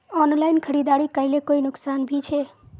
Online खरीदारी करले कोई नुकसान भी छे?